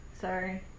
sorry